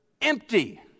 empty